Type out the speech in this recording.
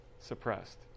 suppressed